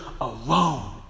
alone